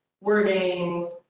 wording